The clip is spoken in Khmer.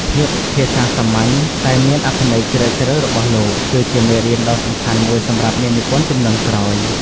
ភាសាសាមញ្ញ តែមានអត្ថន័យជ្រាលជ្រៅរបស់លោក គឺជាមេរៀនដ៏សំខាន់មួយសម្រាប់អ្នកនិពន្ធជំនាន់ក្រោយ។